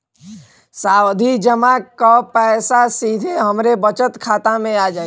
सावधि जमा क पैसा सीधे हमरे बचत खाता मे आ जाई?